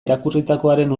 irakurritakoaren